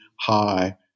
high